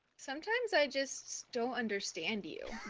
sometimes i just don't understand you.